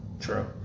True